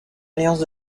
alliance